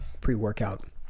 pre-workout